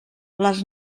les